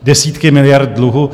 Desítky miliard dluhu?